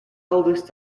eldest